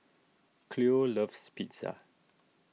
Cleo loves Pizza